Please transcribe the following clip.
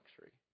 luxury